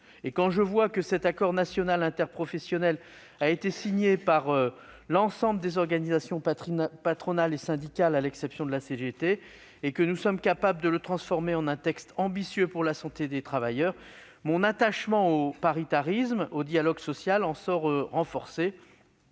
Quand je vois que cet accord national interprofessionnel a été signé par l'ensemble des organisations patronales et syndicales, à l'exception de la Confédération générale du travail, la CGT, et que nous sommes capables de le transformer en un texte ambitieux pour la santé des travailleurs, mon attachement au paritarisme et au dialogue social en sort renforcé.